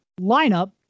lineup